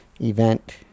event